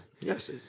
yes